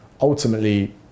ultimately